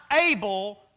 able